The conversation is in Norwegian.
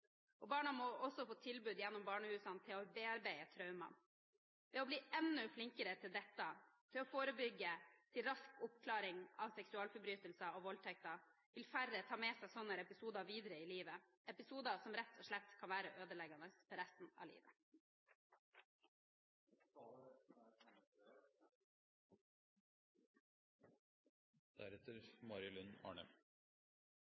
Barna må også få tilbud gjennom barnehusene til å bearbeide traumene. Ved å bli enda flinkere til å forebygge og til å få rask oppklaring av seksualforbrytelser og voldtekter vil færre ta med seg sånne episoder videre i livet – episoder som rett og slett kan være ødeleggende for resten av livet.